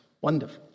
Wonderful